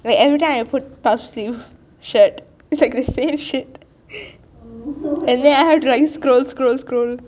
wait everytime I put touch sleeve shirt it's like the same shit and then afterwards I scroll scroll scroll